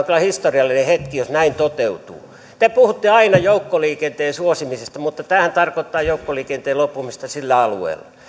kyllä historiallinen hetki jos näin toteutuu te puhutte aina joukkoliikenteen suosimisesta mutta tämähän tarkoittaa joukkoliikenteen loppumista sillä alueella